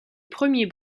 premier